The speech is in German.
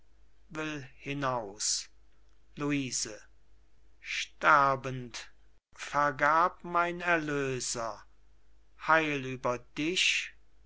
luise sterbend vergab mein erlöser heil über dich